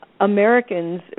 Americans